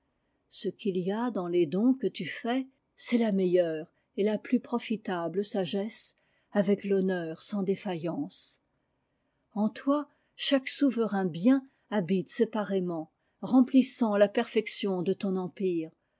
ce qu'il y a dans lesdons que tu fais c'est la meilleure avec iommr sans défaillance et la plus projitable sagesse en toi chaque souverain bien habite séparément remplissant la perfection de ton empire